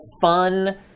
fun